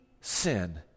sin